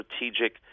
strategic